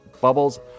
bubbles